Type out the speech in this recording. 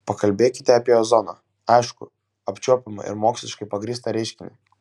pakalbėkite apie ozoną aiškų apčiuopiamą ir moksliškai pagrįstą reiškinį